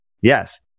yes